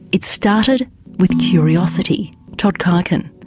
it started with curiosity. todd kuiken.